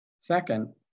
Second